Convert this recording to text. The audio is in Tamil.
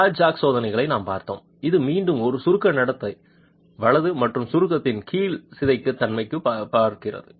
பிளாட் ஜாக் சோதனைகளை நாம் பார்த்தோம் இது மீண்டும் ஒரு சுருக்க நடத்தை வலது மற்றும் சுருக்கத்தின் கீழ் சிதைக்கும் தன்மையைப் பார்க்கிறது